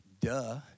duh